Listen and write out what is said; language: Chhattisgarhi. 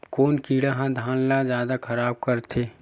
कोन कीड़ा ह धान ल जादा खराब करथे?